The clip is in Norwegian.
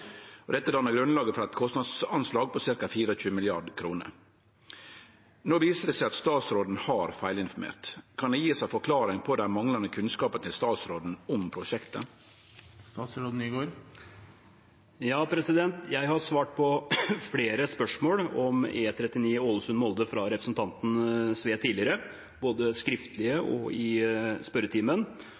og dette danna grunnlaget for eit kostnadsanslag på ca. 24 mrd. kr. Nå viser det seg at statsråden har feilinformert. Kan det gis ei forklaring på dei manglande kunnskapane til statsråden om prosjektet?» Jeg har svart på flere spørsmål om E39 Ålesund–Molde fra representanten Sve tidligere, både skriftlige og i